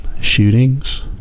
shootings